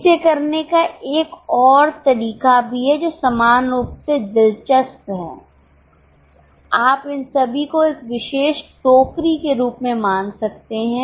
इसे करने का एक और तरीका भी है जो समान रूप से दिलचस्प है आप इन सभी को एक विशेष टोकरी के रूप में मान सकते हैं